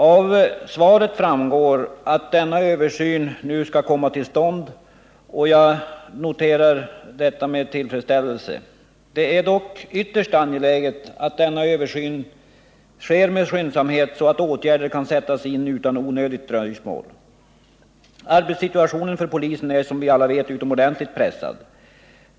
Av justitieministerns svar framgår att denna översyn nu skall komma till stånd, och jag noterar det med tillfredsställelse. Det är dock ytterst angeläget att denna översyn sker med skyndsamhet, så att åtgärder kan sättas in utan onödigt dröjsmål. Som vi alla vet är arbetssituationen för polisen utomordentligt pressad.